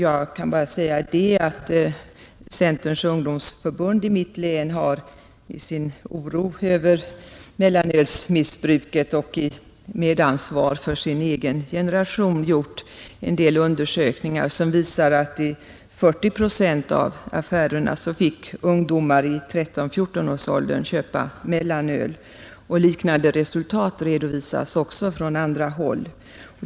Jag kan bara säga att centerns ungdomsförbund i mitt län i sin oro för mellanölsmissbruket och i medansvar för sin egen generation har gjort en del undersökningar som visar att i 40 procent av affärerna fick ungdomar i 13—14-årsåldern köpa mellanöl, Liknande resultat redovisas också från andra håll.